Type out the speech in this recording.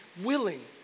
willing